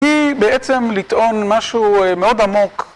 היא בעצם לטעון משהו מאוד עמוק.